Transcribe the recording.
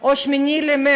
או 8 במרס,